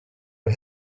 who